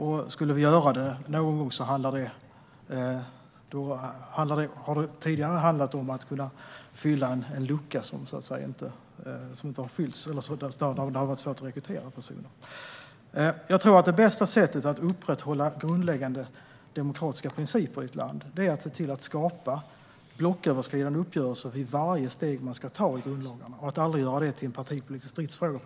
Har vi någon gång gjort det har det handlat om att fylla en lucka som inte har fyllts på grund av att det har varit svårt att rekrytera. Det bästa sättet att upprätthålla grundläggande demokratiska principer i ett land är att skapa blocköverskridande uppgörelser för varje steg man ska ta med grundlagarna och att aldrig göra det till en partipolitisk stridsfråga.